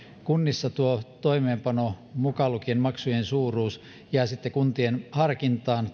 kunnissa tuo toimeenpano mukaan lukien maksujen suuruus jää sitten kuntien harkintaan